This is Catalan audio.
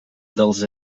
dels